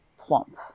plump